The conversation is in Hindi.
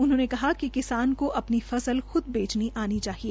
उन्होंने कहा कि किसान को अपनी फसल खुद बेचनी आनी चाहिए